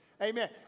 Amen